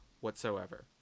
whatsoever